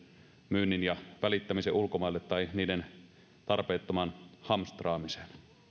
myynnin ja välittämisen ulkomaille tai niiden tarpeettoman hamstraamisen